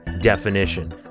definition